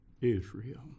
Israel